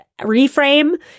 Reframe